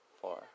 four